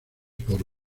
por